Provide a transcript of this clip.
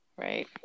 right